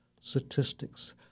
statistics